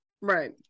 Right